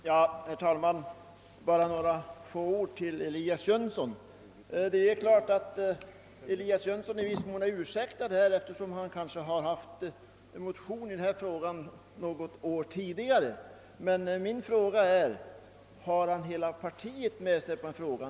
Herr talman! Bara några få ord till herr Elias Jönsson. Herr Jönsson kan självfallet anses vara ursäktad i detta sammanhang eftersom han reserverat sig i denna fråga, men min fråga är om han har hela partiet med sig på sin linje.